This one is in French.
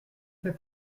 fais